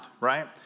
right